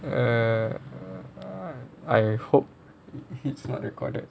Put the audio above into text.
err I hope it's not recorded